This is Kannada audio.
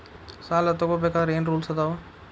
ಸಾಲ ತಗೋ ಬೇಕಾದ್ರೆ ಏನ್ ರೂಲ್ಸ್ ಅದಾವ?